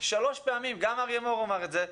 שלוש פעמים גם אריה מור אמר את זה,